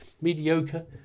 mediocre